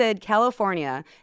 California